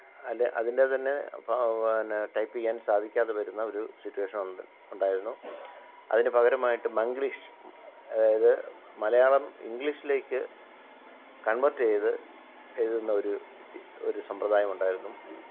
അല്ലെ അതിന്റെ തന്നെ പന്നെ ടൈപ്പ് ചെയ്യാന് സാധിക്കാതെ വരുന്ന ഒരു സിറ്റുവേഷനുണ്ട് ഉണ്ടായിരുന്നു അതിന് പകരമായിട്ട് മംഗ്ലീഷ് അതായത് മലയാളം ഇംഗ്ലീഷിലേക്ക് കണ്വേര്ട്ട് ചെയ്തു എഴുതുന്ന ഒരു ഒരു സമ്പ്രദായം ഉണ്ടായിരുന്നു